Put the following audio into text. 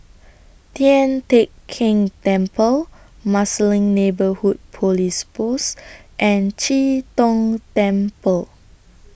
Tian Teck Keng Temple Marsiling Neighbourhood Police Post and Chee Tong Temple